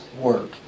work